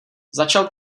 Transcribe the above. začal